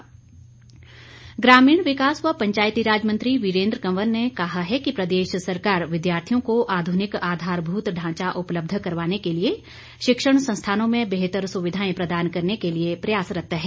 वीरेन्द्र कंवर ग्रामीण विकास व पचायतीराज मंत्री वीरेन्द्र कंवर ने कहा है कि प्रदेश सरकार विद्यार्थियों को आधुनिक आधारभूत ढांचा उपलब्ध करवाने के लिए शिक्षण संस्थानों में बेहतर सुविधाए प्रदान करने के लिए प्रयासरत है